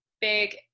big –